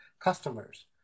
customers